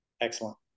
Excellent